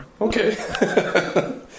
Okay